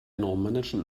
normannischen